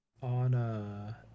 on